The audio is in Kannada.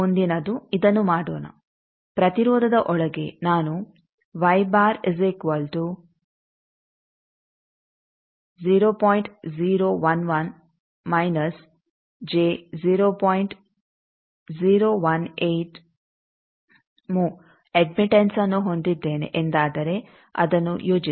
ಮುಂದಿನದು ಇದನ್ನು ಮಾಡೋಣ ಪ್ರತಿರೋಧದ ಒಳಗೆ ನಾನು ಅಡ್ಮಿಟಂಸ್ಅನ್ನು ಹೊಂದಿದ್ದೇನೆ ಎಂದಾದರೆ ಅದನ್ನು ಯೋಜಿಸಿ